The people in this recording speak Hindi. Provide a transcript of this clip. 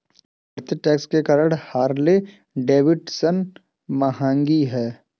बढ़ते टैक्स के कारण हार्ले डेविडसन महंगी हैं